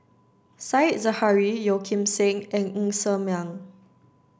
said Zahari Yeo Kim Seng and Ng Ser Miang